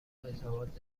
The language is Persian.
اعتقاد